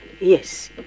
Yes